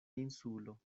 insulo